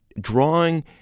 drawing